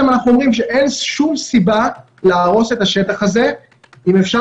אנחנו אומרים שאין שום סיבה להרוס את השטח הזה אם אפשר